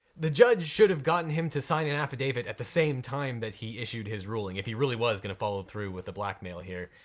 the judge should have gotten him to sign an affidavit at the same time that he issued his ruling if he really was gonna follow through with the blackmail here.